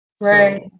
Right